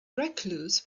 recluse